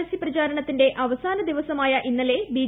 പരസ്യപ്രചാരണത്തിന്റെ അവസാന ദിവസമായ ഇന്നലെ ബി